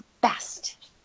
best